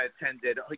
attended